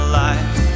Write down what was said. life